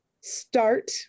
start